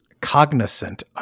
Cognizant